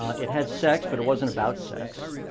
it had sex but it wasn't about sex.